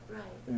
right